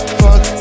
fuck